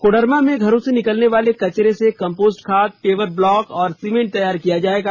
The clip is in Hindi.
कोडरमा में घरों से निकलने वाले कचरे से कम्पोष्ट खाद पेवर ब्लॉक और सीमेंट तैयार किया जाएगा